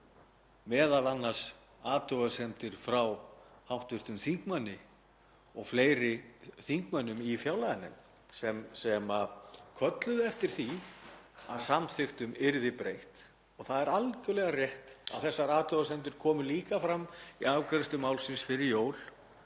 m.a. eftir athugasemdir frá hv. þingmanni og fleiri þingmönnum í fjárlaganefnd sem kölluðu eftir því að samþykktum yrði breytt — það er algjörlega rétt að þessar athugasemdir komu líka fram í afgreiðslu málsins fyrir jól